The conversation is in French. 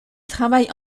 travaille